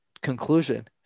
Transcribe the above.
conclusion